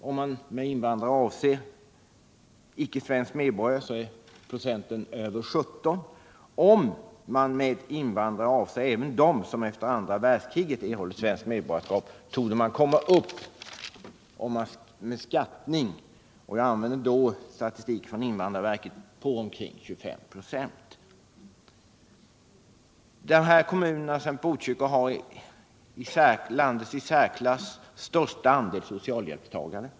Om man med invandrare avser icke svensk medborgare är andelen över 17 26, och om man med invandrare avser även dem som efter andra världskriget erhållit svenskt medborgarskap torde man kunna uppskatta andelen till omkring 25 26 — jag använder här invandrarverkets statistik. Botkyrka kommun har landets i särklass största andel socialhjälpstagare.